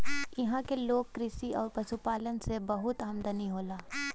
इहां के लोग क कृषि आउर पशुपालन से बहुत आमदनी होला